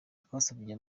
twasabye